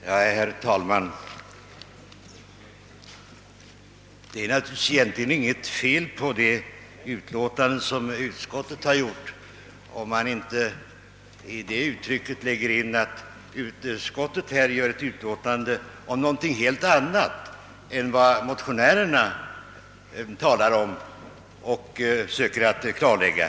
Herr talman! Det är väl egentligen inget fel på utskottets utlåtande, om man inte med »fel» menar att utskottet har skrivit ett utlåtande om någonting helt annat än vad motionärerna talar om och söker att klarlägga.